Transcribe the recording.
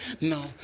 No